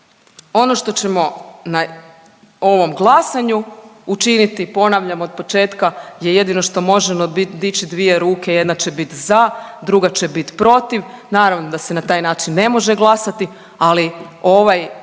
Ono što ćemo na ovom glasanju učiniti ponavljam od početka je jedino što možemo dići dvije ruke, jedna će biti za, druga će bit protiv. Naravno da se na taj način ne može glasati, ali ovaj način